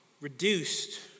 reduced